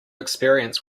experience